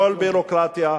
הכול ביורוקרטיה.